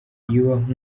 yubaha